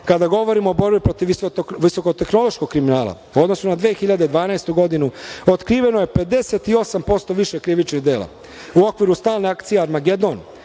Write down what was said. padu. Kada govorimo o borbi protiv viskotehnološkog kriminala u odnosu na 2012. godinu, otkriveno je 58% više krivičnih dela. U okviru stalne akcije Armagedon,